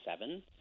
seven